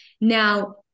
Now